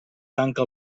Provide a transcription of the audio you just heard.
tanca